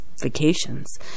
vacations